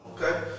Okay